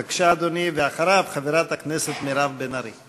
בבקשה, אדוני, ואחריו, חברת הכנסת מירב בן ארי.